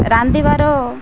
ରାନ୍ଧିବାର